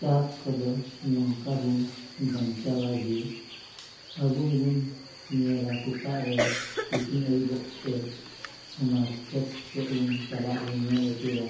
ᱪᱟᱥ ᱠᱚᱫᱚ ᱱᱚᱝᱠᱟ ᱵᱚᱱ ᱵᱟᱧᱪᱟᱣᱟ ᱡᱮ ᱟᱵᱚ ᱦᱚᱵᱚᱱ ᱧᱮᱞᱟ ᱥᱮᱛᱟᱜ ᱨᱮ ᱛᱤᱠᱤᱱ ᱟᱹᱭᱩᱵᱚᱜ ᱛᱮ ᱚᱱᱟ ᱠᱷᱮᱛ ᱥᱮᱫ ᱵᱚᱱ ᱪᱟᱞᱟᱜᱼᱟ ᱟᱨ ᱵᱚᱱ ᱧᱮᱞ ᱟᱹᱪᱩᱨᱟ